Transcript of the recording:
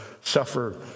suffer